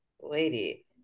lady